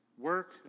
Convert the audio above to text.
work